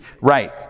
Right